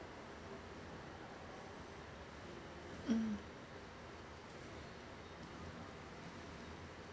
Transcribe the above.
mm